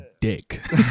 dick